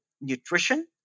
nutrition